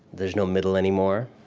there's no middle anymore.